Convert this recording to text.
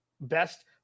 best